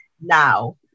now